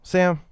Sam